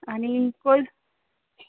आणि कोल